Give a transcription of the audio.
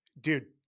Dude